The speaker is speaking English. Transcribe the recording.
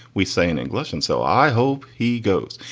we say in english. and so i hope he goes.